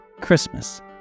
Christmas